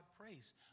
praise